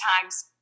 times